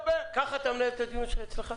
ככה אתה מנהל את הדיון אצלך?